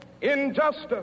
injustice